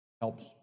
Helps